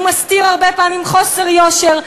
והרבה פעמים הוא מסתיר חוסר יושר.